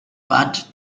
but